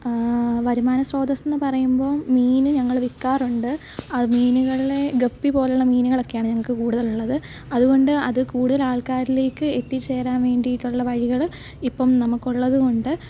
വരുമാനശ്രോതസ്സെന്നു പറയുമ്പോൾ മീൻ ഞങ്ങൾ വിൽക്കാറുണ്ട് അ മീനുകളെ ഗപ്പിപോലുള്ള മീനുകളൊക്കെയാണ് ഞങ്ങൾക്കു കൂറ്റുതലുള്ളത് അതു കൊണ്ട് അത് കൂടുതലാൾക്കാരിലേക്ക് എത്തിച്ചേരാൻ വേണ്ടിയിട്ടുള്ള വഴികൾ ഇപ്പം നമുക്കുള്ളതുകൊണ്ട്